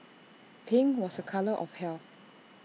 pink was A colour of health